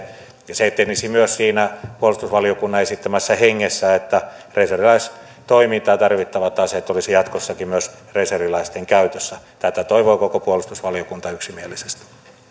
se etenisi myös siinä puolustusvaliokunnan esittämässä hengessä että reserviläistoimintaan tarvittavat aseet olisivat jatkossakin myös reserviläisten käytössä tätä toivoo koko puolustusvaliokunta yksimielisesti